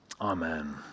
Amen